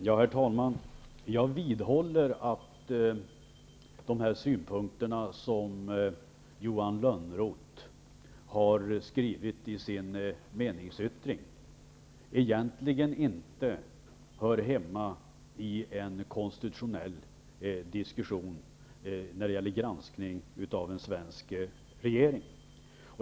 Herr talman! Jag vidhåller att de synpunkter som Johan Lönnroth har framfört i sin meningsyttring egentligen inte hör hemma i en konstitutionell diskussion när det gäller granskningen av en svensk regering.